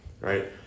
right